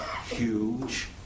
huge